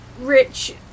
rich